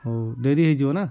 ହଉ ଡେରି ହୋଇଯିବ ନା